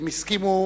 הן הסכימו